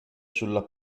sulla